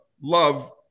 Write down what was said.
love